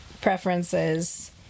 Preferences